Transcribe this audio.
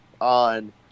on